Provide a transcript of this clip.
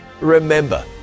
remember